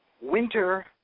Winter